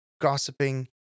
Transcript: gossiping